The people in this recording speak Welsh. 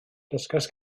dysgais